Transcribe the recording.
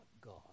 God